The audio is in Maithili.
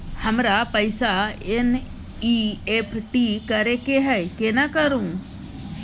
हमरा पैसा एन.ई.एफ.टी करे के है केना करू?